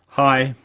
hi,